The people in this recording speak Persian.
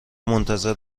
منتظر